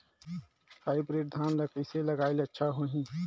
Hybrid धान कइसे लगाय ले अच्छा होही?